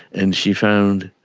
and she found,